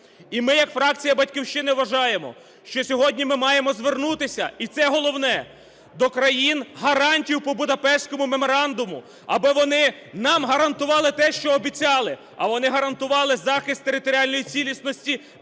І ми як фракція "Батьківщина" вважаємо, що сьогодні ми маємо звернутися, і це головне, до країн, гарантію по Будапештському меморандуму, аби вони нам гарантували те, що обіцяли. А вони гарантували захист територіальної цілісності,